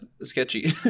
sketchy